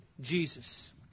Jesus